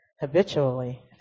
habitually